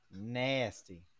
Nasty